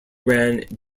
ran